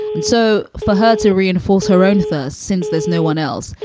and so for her to reinforce her own thirst, since there's no one else,